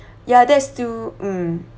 ya that's too mm